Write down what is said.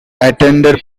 attended